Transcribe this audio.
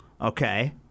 Okay